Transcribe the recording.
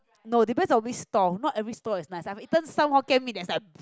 no depends on which stall not every stall is nice I have eaten some Hokkien Mee that is like